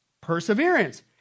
Perseverance